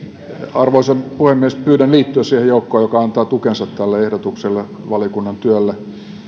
arvoisa puhemies pyydän liittyä siihen joukkoon joka antaa tukensa tälle ehdotukselle valiokunnan työlle